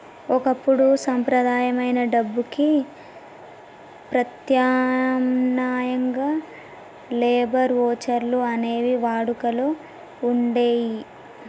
ఒకప్పుడు సంప్రదాయమైన డబ్బుకి ప్రత్యామ్నాయంగా లేబర్ వోచర్లు అనేవి వాడుకలో వుండేయ్యి